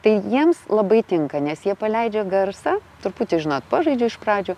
tai jiems labai tinka nes jie paleidžia garsą truputį žinot pažaidžia iš pradžių